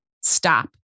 stop